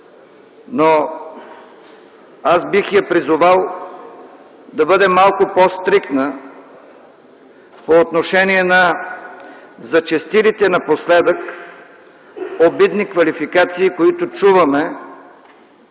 но аз бих я призовал да бъде малко по-стриктна по отношение на зачестилите напоследък обидни квалификации, които чуваме